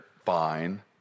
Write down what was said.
fine